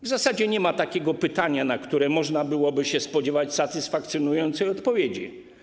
W zasadzie nie ma takiego pytania, na które można byłoby się spodziewać satysfakcjonującej odpowiedzi.